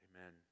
Amen